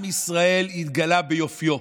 עם ישראל התגלה ביופיו.